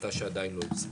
החלטה שעדיין לא יושמה.